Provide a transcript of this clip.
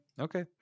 Okay